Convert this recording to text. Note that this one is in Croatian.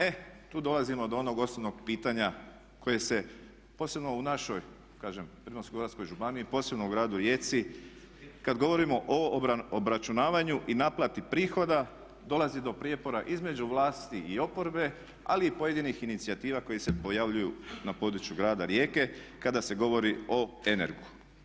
E tu dolazimo do onog osnovnog pitanja koje se, posebno u našoj, kažem Primorsko-goranskoj županiji, posebno u gradu Rijeci kada govorimo o obračunavanju i naplati prihoda dolazi do prijepora između vlasti i oporbe ali i pojedinih inicijativa koje se pojavljuju na području grada Rijeke kada se govori o Energu.